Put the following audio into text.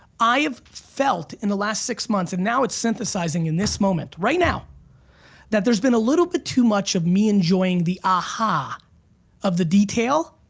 i have felt in the last six months and now it's synthesizing in this moment right now that there's been a little too much of me enjoying the aha of the detail,